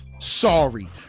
Sorry